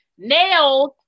Nails